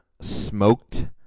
smoked